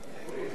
נגד